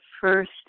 first